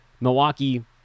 Milwaukee